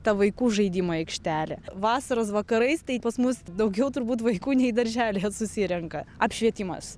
ta vaikų žaidimų aikštelė vasaros vakarais tai pas mus daugiau turbūt vaikų nei daržely susirenka apšvietimas